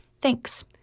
Thanks